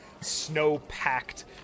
snow-packed